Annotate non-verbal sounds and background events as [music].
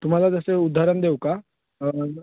तुम्हाला जसं उदाहरण देऊ का [unintelligible]